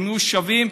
הם יהיו שווים,